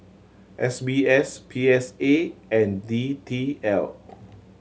S B S P S A and D T L